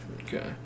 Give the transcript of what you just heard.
Okay